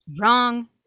Wrong